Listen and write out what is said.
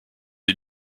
est